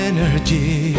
Energy